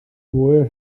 hwyr